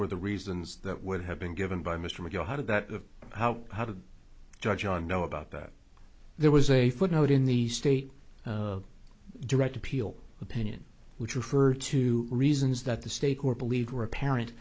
were the reasons that would have been given by mr mcgill how did that of how how to judge john know about that there was a footnote in the state direct appeal opinion which referred to reasons that the state court believed were apparent